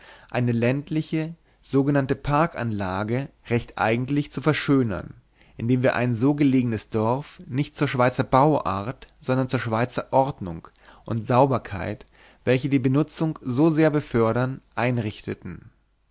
eine ländliche sogenannte parkanlage recht eigentlich zu verschönern indem wir ein so gelegenes dorf nicht zur schweizer bauart sondern zur schweizer ordnung und sauberkeit welche die benutzung so sehr befördern einrichteten